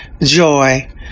joy